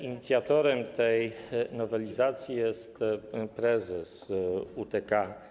Inicjatorem tej nowelizacji jest prezes UTK.